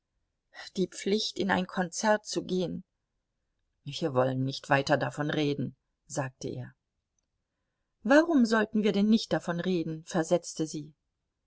die pflicht in ein konzert zu gehen wir wollen nicht weiter davon reden sagte er warum sollten wir denn nicht davon reden versetzte sie